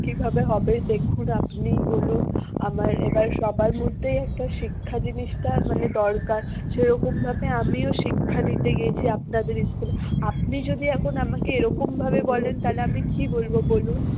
কীভাবে হবে দেখুন আপনিই বলুন আমার এবার সবার মধ্যেই একটা শিক্ষা জিনিসটা মানে দরকার সেরকমভাবে আমিও শিক্ষা নিতে গেছি আপনাদের স্কুলে আপনি যদি এখন আমাকে এরকমভাবে বলেন তাহলে আমি কী বলব বলুন